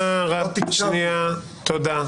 תודה.